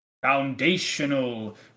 foundational